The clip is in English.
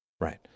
Right